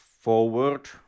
forward